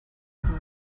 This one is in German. sie